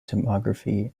tomography